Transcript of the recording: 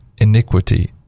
iniquity